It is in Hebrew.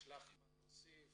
יש לך מה להוסיף?